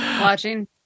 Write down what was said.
Watching